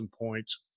points